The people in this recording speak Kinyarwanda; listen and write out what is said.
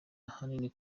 ahanini